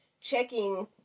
checking